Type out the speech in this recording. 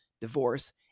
divorce